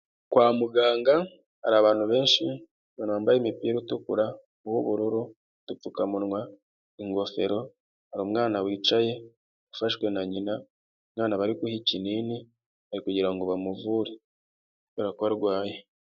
Kwa muganga hari abantu benshi bambaye imipira itukura, uw'ubururu, udupfukamunwa, ingofero, hari umwana wicaye ufashwe na nyina, umwana bari guha ikinini, bari kugira ngo bamuvure kubera ko arwaye..